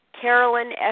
Carolyn